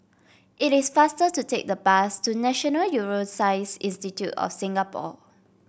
it is faster to take the bus to National Neuroscience Institute of Singapore